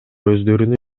өздөрүнүн